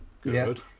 Good